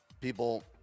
people